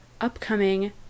upcoming